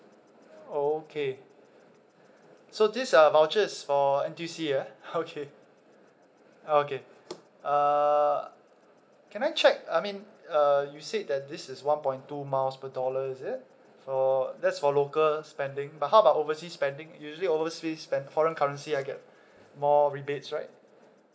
okay so these are vouchers for N_T_U_C ah okay okay uh can I check I mean uh you said that this is one point two miles per dollar is it for that's for local spending but how about overseas spending usually overseas spend foreign currency I get more rebates right